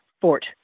Fort